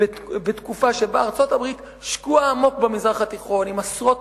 בתקופה שבה ארצות-הברית שקועה עמוק במזרח התיכון עם עשרות